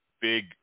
big